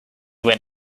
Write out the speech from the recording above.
when